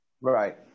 right